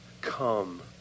Come